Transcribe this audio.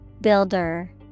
Builder